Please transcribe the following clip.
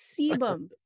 sebum